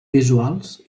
visuals